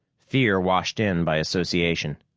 fear washed in by association.